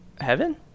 heaven